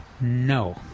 No